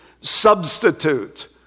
substitute